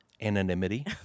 anonymity